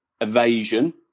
evasion